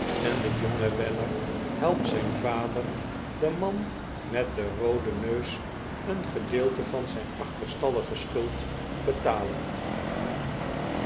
en de jonge weller helpt zijn vader den man met den rooden neus een gedeelte van zijn achterstallige schuld betalen